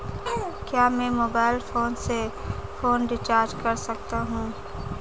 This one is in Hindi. क्या मैं मोबाइल फोन से फोन रिचार्ज कर सकता हूं?